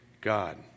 God